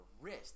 wrist